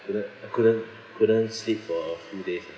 couldn't I couldn't couldn't sleep for a few days ah